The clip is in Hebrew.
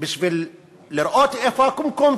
בשביל לראות איפה הקומקום,